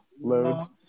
loads